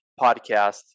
podcast